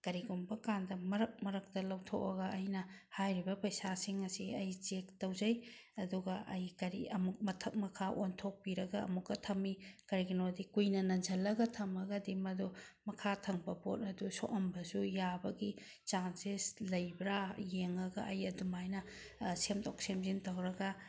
ꯀꯔꯤꯒꯨꯝꯕ ꯀꯥꯟꯗ ꯃꯔꯛ ꯃꯔꯛꯇ ꯂꯧꯊꯣꯛꯑꯒ ꯑꯩꯅ ꯍꯥꯏꯔꯤꯕ ꯄꯩꯁꯥꯁꯤꯡ ꯑꯁꯤ ꯑꯩ ꯆꯦꯛ ꯇꯧꯖꯩ ꯑꯗꯨꯒ ꯑꯩ ꯀꯔꯤ ꯑꯃꯨꯛ ꯃꯊꯛ ꯃꯈꯥ ꯑꯣꯟꯊꯣꯛꯄꯤꯔꯒ ꯑꯃꯨꯛꯀ ꯊꯝꯃꯤ ꯀꯔꯤꯒꯤꯅꯣꯗꯤ ꯀꯨꯏꯅ ꯅꯟꯁꯤꯜꯂꯒ ꯊꯝꯃꯒꯗꯤ ꯃꯗꯨ ꯃꯈꯥ ꯊꯪꯕ ꯄꯣꯠ ꯑꯗꯨ ꯁꯣꯛꯑꯝꯕꯁꯨ ꯌꯥꯕꯒꯤ ꯆꯥꯟꯁꯦꯁ ꯂꯩꯕ꯭ꯔꯥ ꯌꯦꯡꯉꯒ ꯑꯩ ꯑꯗꯨꯃꯥꯏꯅ ꯁꯦꯝꯗꯣꯛ ꯁꯦꯃꯖꯤꯟ ꯇꯧꯔꯒ